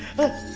let's